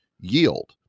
yield